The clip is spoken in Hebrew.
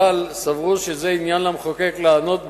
אבל הם סברו שזה עניין למחוקק לענות בו,